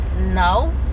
no